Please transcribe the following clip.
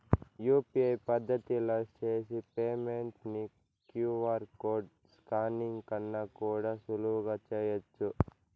UPI పద్దతిల చేసి payment ని క్యూ.ఆర్ కోడ్ స్కానింగ్ కన్నా కూడా సులువుగా చేయచ్చు